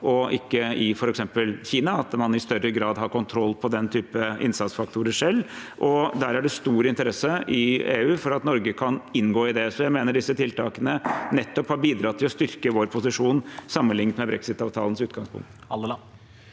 og ikke i f.eks. Kina, at man i større grad selv har kontroll på den typen innsatsfaktorer. Det er stor interesse i EU for at Norge kan inngå i det. Jeg mener at disse tiltakene nettopp har bidratt til å styrke vår posisjon sammenliknet med brexit-avtalens utgangspunkt.